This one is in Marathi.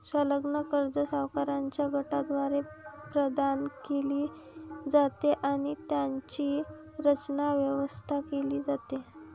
संलग्न कर्जे सावकारांच्या गटाद्वारे प्रदान केली जातात आणि त्यांची रचना, व्यवस्था केली जाते